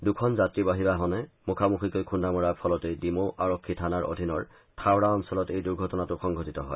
দুখন যাত্ৰীবাহী বাহনে মুখামুখিকৈ খুন্দা মৰাৰ ফলতেই ডিমৌ আৰক্ষী থানাৰ অধীনৰ থাওৰা অঞ্চলত এই দুৰ্ঘটনাটো সংঘটিত হয়